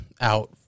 out